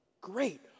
great